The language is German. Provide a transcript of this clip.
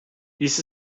dies